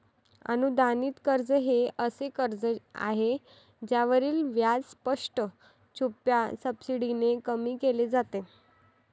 अनुदानित कर्ज हे असे कर्ज आहे ज्यावरील व्याज स्पष्ट, छुप्या सबसिडीने कमी केले जाते